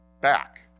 back